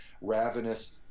ravenous